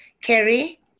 Kerry